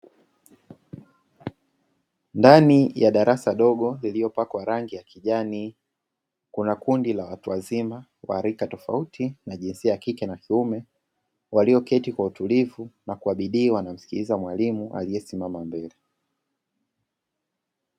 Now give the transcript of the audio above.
Ndani ya darasa dogo lililopakwa rangi ya kijani, kuna kundi la watu wazima wa rika tofauti na jinsia ya kike na kiume, walioketi kwa utulivu na kwa bidii wanamsikiliza mwalimu aliyesimama mbele.